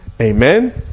Amen